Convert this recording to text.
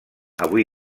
avui